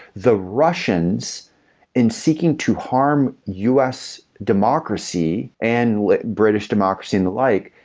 the russians in seeking to harm us democracy and british democracy and the like,